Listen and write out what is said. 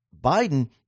Biden